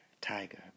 tiger